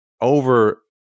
over